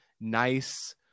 nice